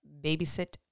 babysit